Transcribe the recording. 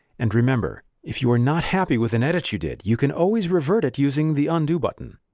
and remember if you are not happy with an edit you did, you can always revert it using the undo button.